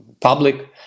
public